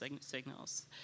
signals